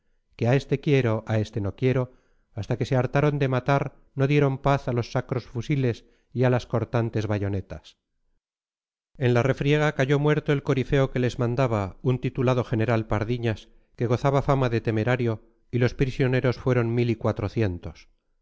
que a este quiero a este no quiero hasta que se hartaron de matar no dieron paz a los sacros fusiles y a las cortantes bayonetas en la refriega cayó muerto el corifeo que les mandaba un titulado general pardiñas que gozaba fama de temerario y los prisioneros fueron mil y cuatrocientos